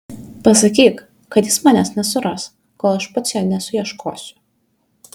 pasakyk kad jis manęs nesuras kol aš pats jo nesuieškosiu